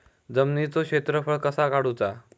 जमिनीचो क्षेत्रफळ कसा काढुचा?